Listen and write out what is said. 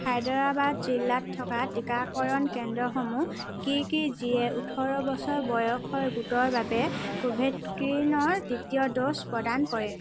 হায়দৰাবাদ জিলাত থকা টীকাকৰণ কেন্দ্ৰসমূহ কি কি যিয়ে ওঁঠৰ বছৰ বয়সৰ গোটৰ বাবে কোভেক্সিনৰ দ্বিতীয় ড'জ প্ৰদান কৰে